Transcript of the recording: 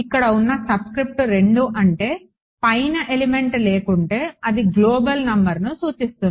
ఇక్కడ ఉన్న సబ్స్క్రిప్ట్ రెండు అంటే పైన ఎలిమెంట్ లేకుంటే అది గ్లోబల్ నంబర్ను సూచిస్తుంది